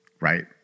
right